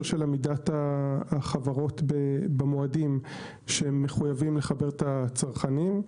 עמידת החברות במועדים שהם מחויבים לחבר את הצרכנים.